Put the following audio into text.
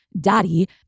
daddy